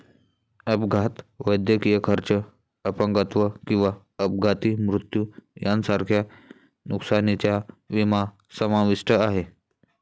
अपघात, वैद्यकीय खर्च, अपंगत्व किंवा अपघाती मृत्यू यांसारख्या नुकसानीचा विमा समाविष्ट आहे